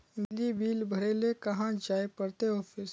बिजली बिल भरे ले कहाँ जाय पड़ते ऑफिस?